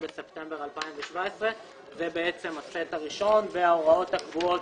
בספטמבר 2017. זה הסט הראשון וההוראות הקבועות,